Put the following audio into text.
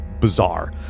bizarre